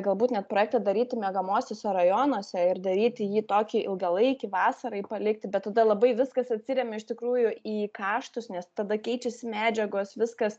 galbūt net projektą daryti miegamuosiuose rajonuose ir daryti jį tokį ilgalaikį vasarai palikti bet tada labai viskas atsiremia iš tikrųjų į kaštus nes tada keičiasi medžiagos viskas